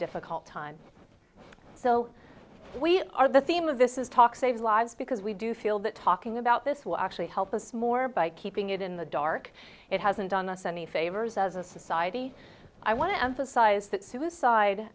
difficult time so we are the theme of this is talk saves lives because we do feel that talking about this will actually help us more by keeping it in the dark it hasn't done us any favors as a society i want to emphasize that suicide